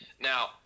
Now